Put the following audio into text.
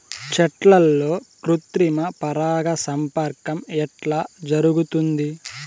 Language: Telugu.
చెట్లల్లో కృత్రిమ పరాగ సంపర్కం ఎట్లా జరుగుతుంది?